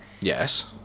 Yes